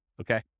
okay